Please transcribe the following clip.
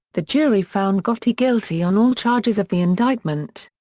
the jury found gotti guilty on all charges of the indictment.